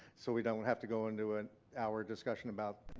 so we don't have to go into an hour discussion about